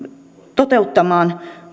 toteuttamaan